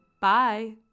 Bye